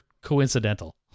coincidental